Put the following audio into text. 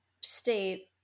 state